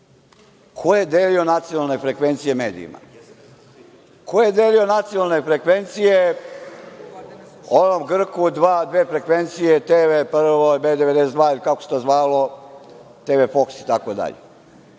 ko je delio nacionalne frekvencije medijima? Ko je delio nacionalne frekvencije onom Grku, dve frekvencije TV Prvoj, B92 ili kako se to zvalo, TV Foks itd? Ko je